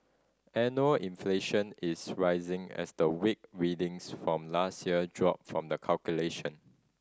annual inflation is rising as the weak readings from last year drop from the calculation